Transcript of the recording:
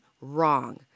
wrong